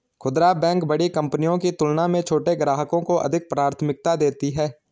खूदरा बैंक बड़ी कंपनियों की तुलना में छोटे ग्राहकों को अधिक प्राथमिकता देती हैं